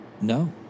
no